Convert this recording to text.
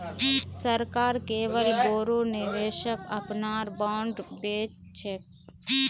सरकार केवल बोरो निवेशक अपनार बॉन्ड बेच छेक